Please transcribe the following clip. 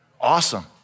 Awesome